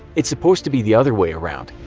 it's supposed to be the other way around.